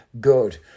good